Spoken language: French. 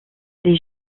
les